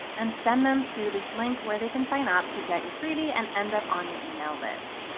and send them to this link where they can sign up to get your freebie and end up on your email list.